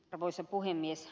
arvoisa puhemies